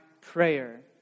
prayer